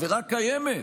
העבירה קיימת,